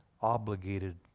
obligated